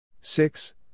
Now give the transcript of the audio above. Six